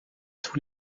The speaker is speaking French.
tous